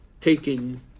taking